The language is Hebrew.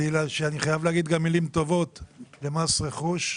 בגלל שאני חייב להגיד מילים טובות למס רכוש,